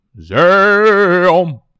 Zam